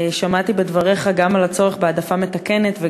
שמעתי בדבריך גם על הצורך בהעדפה מתקנת וגם על